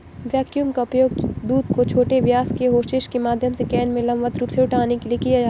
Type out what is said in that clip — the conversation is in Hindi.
वैक्यूम का उपयोग दूध को छोटे व्यास के होसेस के माध्यम से कैन में लंबवत रूप से उठाने के लिए किया जाता है